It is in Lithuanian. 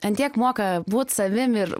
ant tiek moka būt savim ir